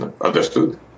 Understood